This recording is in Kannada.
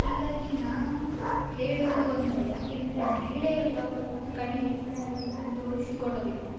ಹೀಗಾಗಿ ನಾನು ಹೇಳುವುದು ಒಂದೇ ಯಾಕೆಂದರೆ ಮಹಿಳೆಯರು ಯಾವುದಕ್ಕು ಕಡಿಮೆಯಿಲ್ಲ ಎಂದು ತೋರಿಸಿಕೊಡಬೇಕು